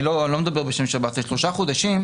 לא מדבר בשם שירות בתי הסוהר לשלושה חודשים,